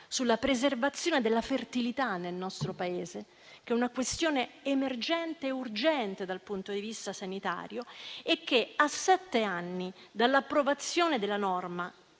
della preservazione della fertilità nel nostro Paese, che è una questione emergente e urgente dal punto di vista sanitario. A sette anni dall'approvazione della norma